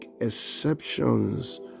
exceptions